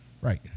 Right